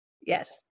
Yes